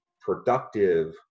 productive